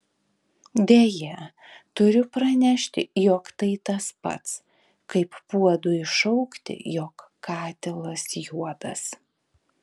deja turiu pranešti jog tai tas pats kaip puodui šaukti jog katilas juodas